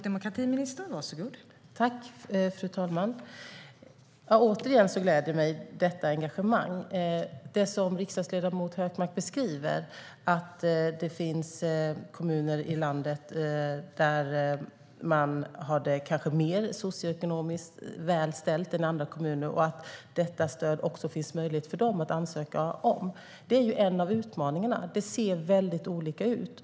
Fru talman! Återigen gläder jag mig åt detta engagemang. Det som riksdagsledamot Hökmark beskriver, att det finns kommuner i landet där man har det socioekonomiskt bättre ställt än i andra kommuner och att det finns möjlighet även för dem att ansöka om detta stöd, är en av utmaningarna. Det ser väldigt olika ut.